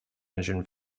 engine